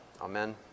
amen